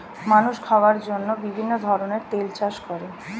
মানুষ খাওয়ার জন্য বিভিন্ন ধরনের তেল চাষ করে